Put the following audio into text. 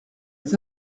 les